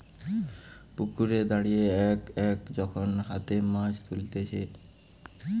পুকুরে দাঁড়িয়ে এক এক যখন হাতে মাছ তুলতিছে